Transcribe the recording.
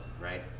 right